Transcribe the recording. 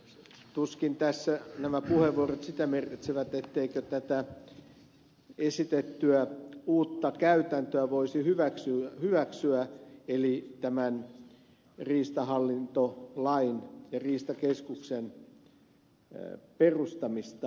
tuskin tässä nämä puheenvuorot sitä merkitsevät ettei tätä esitettyä uutta käytäntöä voisi hyväksyä eli tämän riistahallintolain mukaista suomen riistakeskuksen perustamista